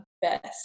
best